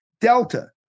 Delta